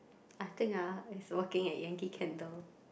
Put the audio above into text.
I think ah it's working at Yankee-Candle